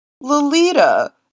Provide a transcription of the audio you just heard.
Lolita